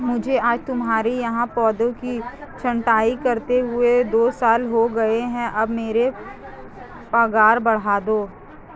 मुझे आज तुम्हारे यहाँ पौधों की छंटाई करते हुए दो साल हो गए है अब मेरी पगार बढ़ा दो